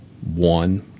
one